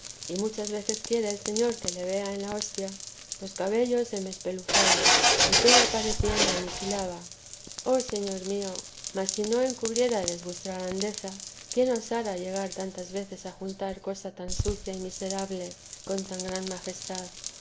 y muchas veces quiere el señor que le vea en la hostia los cabellos se me espeluzaban y toda parecía me aniquilaba oh señor mío mas si no encubriérades vuestra grandeza quién osara llegar tantas veces a juntar cosa tan sucia y miserable con tan gran majestad